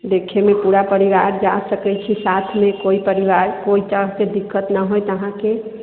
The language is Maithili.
देखैमे पूरा परिवार जा सकै छै साथमे कोइ परिवार कोइ तरहके दिक्कत नहि होयत अहाँकेँ